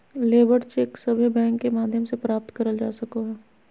labour cheque सभे bank के माध्यम से प्राप्त करल जा सको हय